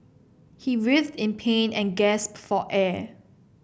he writhed in pain and gasped for air